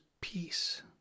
peace